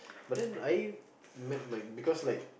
but then I met my because like